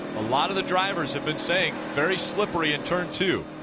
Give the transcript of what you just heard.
a lot of the drivers have been saying, very slippery in turn two.